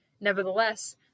Nevertheless